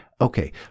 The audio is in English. Okay